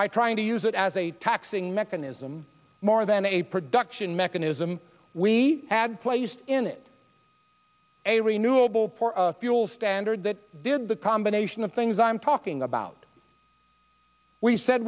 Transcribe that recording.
by trying to use it as a taxing mechanism more than a production mechanism we had placed in it a renewable fuel standard that did the combination of things i'm talking about we said